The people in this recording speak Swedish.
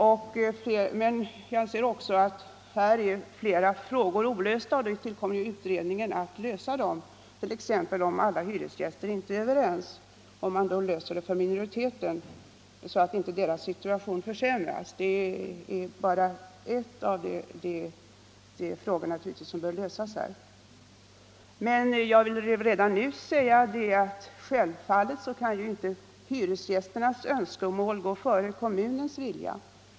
Många problem är mellertid olösta, och det ankommer på utredningen att lösa dem, t.ex. problemet hur man skall göra om inte alla hyresgäster är överens. Skall man då rätta sig efter minoriteten, så att inte dess situation försämras? Det är bara ett av de problem som måste lösas. Självfallet kan dock inte hyresgästernas önskemål gå före kommunens vilja.